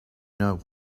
know